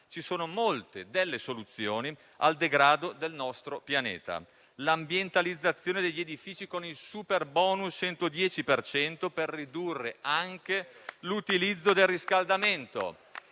ci sono molte delle soluzioni al degrado del nostro pianeta. Penso all'ambientalizzazione degli edifici con il superbonus al 110 per cento per ridurre anche l'utilizzo del riscaldamento